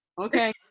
Okay